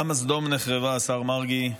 למה סדום נחרבה, השר מרגי?